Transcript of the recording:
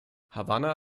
havanna